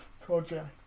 project